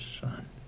son